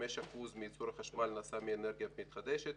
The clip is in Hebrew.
5% מייצור החשמל נעשה מאנרגיה מתחדשת,